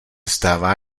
stává